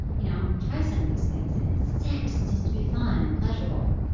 you know try some of these things. and it's sex. it's supposed to be fun and pleasurable.